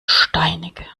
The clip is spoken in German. steinig